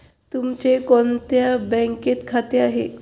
तुमचे कोणत्या बँकेत खाते आहे?